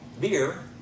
Beer